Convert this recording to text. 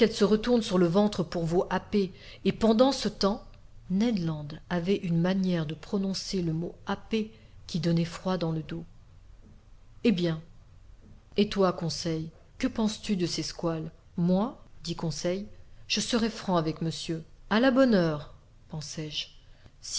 se retournent sur le ventre pour vous happer et pendant ce temps ned land avait une manière de prononcer le mot happer qui donnait froid dans le dos eh bien et toi conseil que penses-tu de ces squales moi dit conseil je serai franc avec monsieur a la bonne heure